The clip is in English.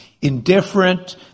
indifferent